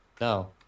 No